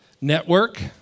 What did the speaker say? Network